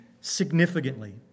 significantly